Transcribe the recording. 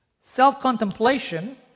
Self-contemplation